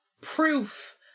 proof